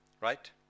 right